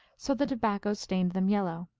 so the tobacco stained them yellow.